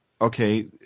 okay